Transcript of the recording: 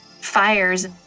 fires